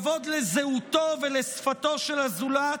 כבוד לזהותו ולשפתו של הזולת,